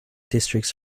districts